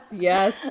Yes